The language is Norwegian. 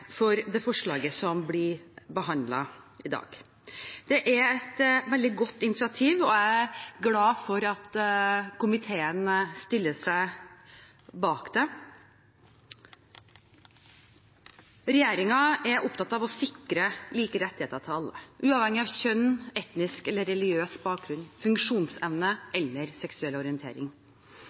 for det forslaget som blir behandlet i dag. Det er et veldig godt initiativ, og jeg er glad for at komiteen stiller seg bak det. Regjeringen er opptatt av å sikre like rettigheter til alle, uavhengig av kjønn, etnisk eller religiøs bakgrunn, funksjonsevne eller seksuell orientering.